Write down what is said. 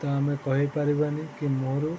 ତ ଆମେ କହିପାରିବାନି କି ମୋର